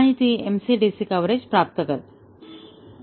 आणि ती MCDC coverage प्राप्त करेल